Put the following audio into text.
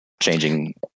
changing